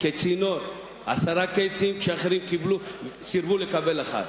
כצינור עשרה קייסים כשאחרים סירבו לקבל אחד.